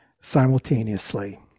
simultaneously